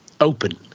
open